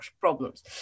problems